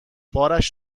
بارش